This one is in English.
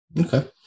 okay